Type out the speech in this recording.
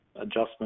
adjustment